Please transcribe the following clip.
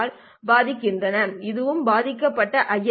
யால் பாதிக்கப்படுகின்றன இதுவும் பாதிக்கப்படுகிறது ஐ